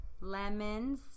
lemons